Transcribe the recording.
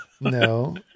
No